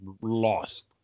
lost